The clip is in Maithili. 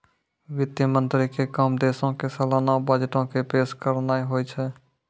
वित्त मंत्री के काम देशो के सलाना बजटो के पेश करनाय होय छै